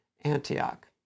Antioch